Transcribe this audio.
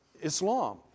Islam